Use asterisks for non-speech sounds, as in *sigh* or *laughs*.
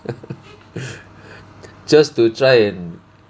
*laughs* just to try and